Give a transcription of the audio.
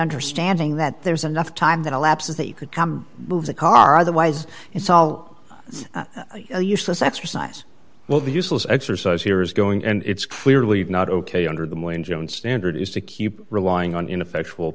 understanding that there's enough time that elapses that you could come move the car otherwise it's all useless exercise well the useless exercise here is going and it's clearly not ok under the morning joan standard is to keep relying on ineffectual